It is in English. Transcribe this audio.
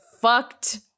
fucked